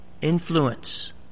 Influence